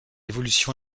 évolution